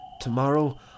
Tomorrow